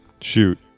Shoot